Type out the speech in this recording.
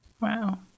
Wow